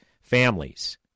families